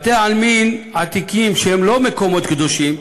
בתי-עלמין עתיקים שהם לא מקומות קדושים,